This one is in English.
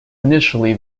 initially